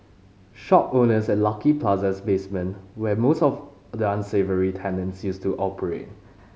shop owners at Lucky Plaza's basement where most of the unsavoury tenants used to operate